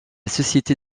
société